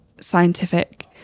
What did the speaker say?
scientific